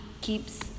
keeps